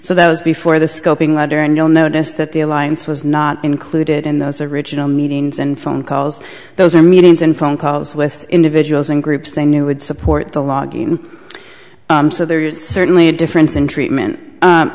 so that was before the scoping letter and you'll notice that the alliance was not included in those original meetings and phone calls those are meetings and phone calls with individuals and groups they knew would support the logging so there is certainly a difference in treatment